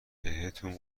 بهتون